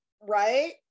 right